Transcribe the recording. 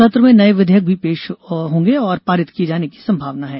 सत्र में नये विधेयक भी पेश और पारित किये जाने की संभावना है